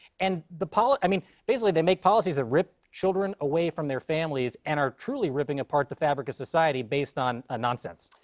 and the poli i mean, basically they make policies that rip children away from their families and are truly ripping apart the fabric of society based on a nonsense.